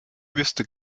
wüsste